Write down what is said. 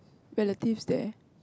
relatives there